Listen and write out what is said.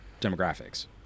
demographics